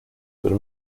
pero